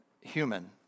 human